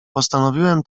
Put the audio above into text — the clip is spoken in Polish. postanowiłem